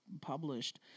published